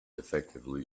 effectively